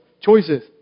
choices